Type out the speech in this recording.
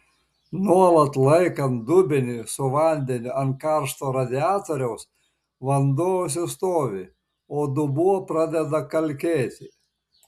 nuolat laikant dubenį su vandeniu ant karšto radiatoriaus vanduo užsistovi o dubuo pradeda kalkėti